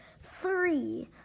three